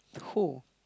who